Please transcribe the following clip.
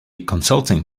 consulting